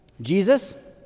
Jesus